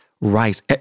rice